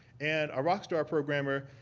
and a rock star programmer,